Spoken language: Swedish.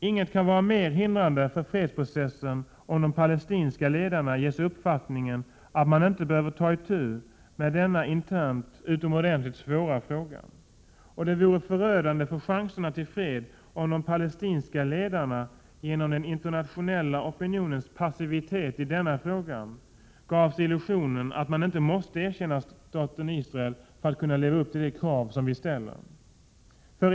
Inget kan vara mer hindrande för fredsprocessen än om de palestinska ledarna ges uppfattningen att man inte behöver ta itu med denna internt utomordentligt svåra fråga. Och det vore förödande för chanserna till fred, om de palestinska ledarna genom den internationella opinionens passivitet i denna fråga gavs illusionen att man inte måste erkänna staten Israel för att kunna leva upp till de krav som vi ställer.